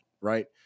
right